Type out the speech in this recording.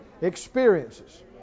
experiences